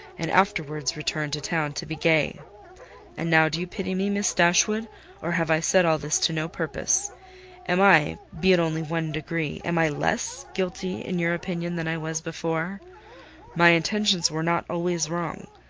and afterwards returned to town to be gay and now do you pity me, miss dashwood or have i said all this to no purpose am i be it only one degree am i less guilty in your opinion than i was before my intentions were not always wrong.